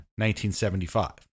1975